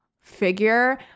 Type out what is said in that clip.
figure